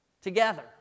together